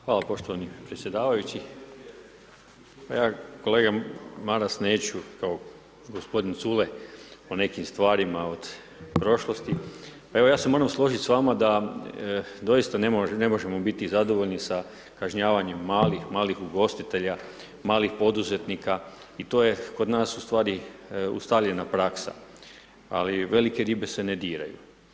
Hvala poštovani predsjedavajući, pa ja kolega Maras kao gospodin Culej o nekim stvarima od prošlosti, evo ja se moram složit s vama da doista ne možemo, ne možemo biti zadovoljni sa kažnjavanjem malih, malih ugostitelja, malih poduzetnika i to je kod nas u stvari ustaljena praksa, ali velike ribe se ne diraju.